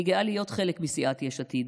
אני גאה להיות חלק מסיעת יש עתיד